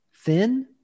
thin